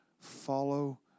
follow